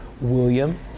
William